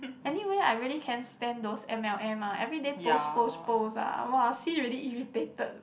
anyway I really can't stand those M_L_M ah everyday post post post ah !wah! see already irritated